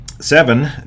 Seven